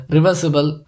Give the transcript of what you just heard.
Reversible